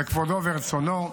זה כבודו ורצונו.